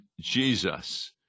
Jesus